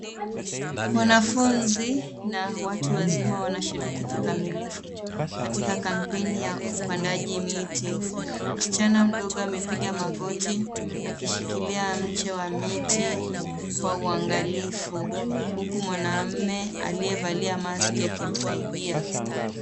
Wanafunzi na watu wazima wanashiriki kikamilifu katika kampeni ya upandaji miti. Msichana mdogo amepiga magoti akishikilia mche wa miti kwa uangalifu huku mwanaume aliyevalia maski akimsaidia.